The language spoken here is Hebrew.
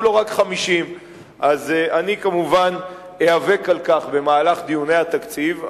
רק 50. אני כמובן איאבק על כך במהלך דיוני התקציב.